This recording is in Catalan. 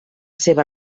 seva